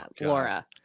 Laura